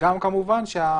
כמובן גם